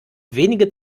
wenige